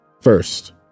first